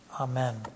Amen